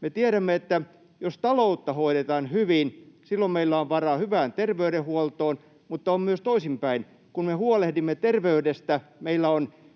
Me tiedämme, että jos taloutta hoidetaan hyvin, silloin meillä on varaa hyvään terveydenhuoltoon, mutta on myös toisinpäin: kun me huolehdimme terveydestä, meillä on